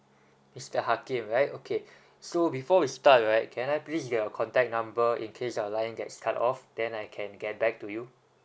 mister hakim right okay so before we start right can I please have your contact number in case our line gets cut off then I can get back to you